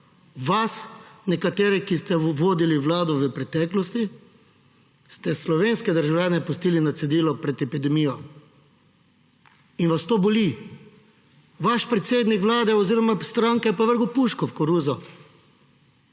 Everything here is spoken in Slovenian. Vi, nekateri, ki ste vodili vlado v preteklosti, ste slovenske državljane pustili na cedilu pred epidemijo; in vas to boli. Vaš predsednik Vlade oziroma stranke je pa vrgel puško v koruzo.